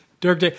Dirk